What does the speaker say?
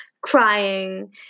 crying